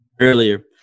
earlier